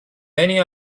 many